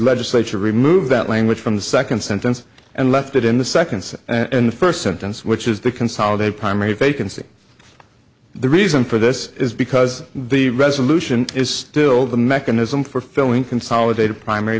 legislature remove that language from the second sentence and left it in the second and first sentence which is the consolidated primary if they can see the reason for this is because the resolution is still the mechanism for filling consolidated primary